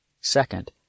Second